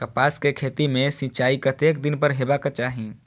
कपास के खेती में सिंचाई कतेक दिन पर हेबाक चाही?